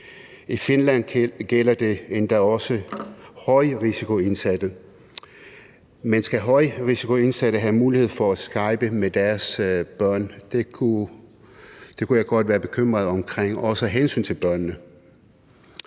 I Finland gælder det endda også for højrisikoindsatte.« Men skal højrisikoindsatte have mulighed for at skype med deres børn? Det kunne jeg godt være bekymret omkring, også af hensyn til børnene.